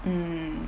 um